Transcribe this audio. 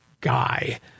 guy